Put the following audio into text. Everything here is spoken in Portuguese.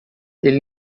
ele